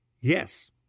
yes